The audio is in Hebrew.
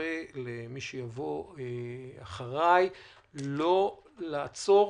קורא למי שיבוא אחריי, לא לעצור,